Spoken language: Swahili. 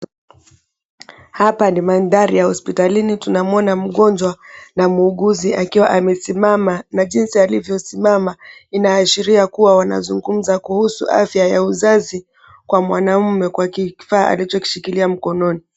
Hapa ni mandhari ya hospitalini. Tunamuona mgonjwa na muuguzi akiwa amesimama na jinsi alivyosimama inaashiria kuwa wanazungumza kuhusu afya ya uzazi kwa mwanamme kwa kifaa alichokishikilia mkononi.